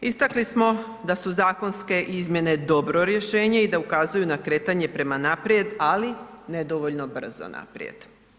Istakli smo da su zakonske izmjene dobro rješenje i da ukazuju na kretanje prema naprijed, ali nedovoljno brzo naprijed.